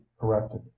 corrected